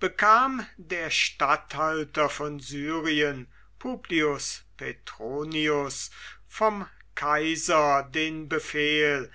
bekam der statthalter von syrien publius petronius vom kaiser den befehl